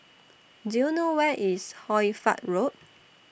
Do YOU know Where IS Hoy Fatt Road